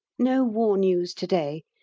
no war news to-day,